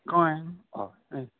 कळ्ळें हय